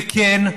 וכן,